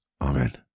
Amen